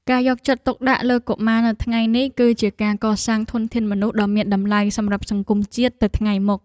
ការយកចិត្តទុកដាក់លើកុមារនៅថ្ងៃនេះ គឺជាការកសាងធនធានមនុស្សដ៏មានតម្លៃសម្រាប់សង្គមជាតិទៅថ្ងៃមុខ។